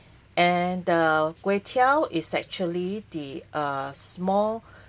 and the kway teow is actually the uh small